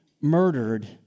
murdered